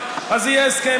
אז יהיה הסכם.